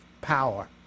power